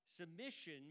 Submission